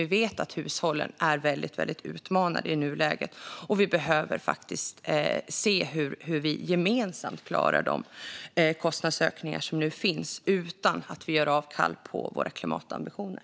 Vi vet att hushållen är väldigt utmanade i nuläget och att vi behöver se hur vi gemensamt ska klara de kostnadsökningar som nu kommer - utan att göra avkall på våra klimatambitioner.